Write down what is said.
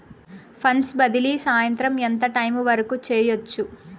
funds బదిలీ సాయంత్రం ఎంత టైము వరకు చేయొచ్చు